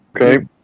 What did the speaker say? Okay